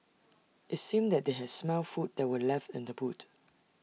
IT seemed that they had smelt the food that were left in the boot